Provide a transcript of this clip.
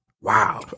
Wow